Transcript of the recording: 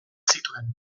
zituen